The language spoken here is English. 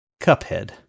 Cuphead